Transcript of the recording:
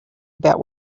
about